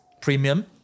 premium